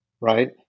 right